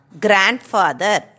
grandfather